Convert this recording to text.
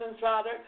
Father